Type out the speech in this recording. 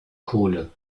kohle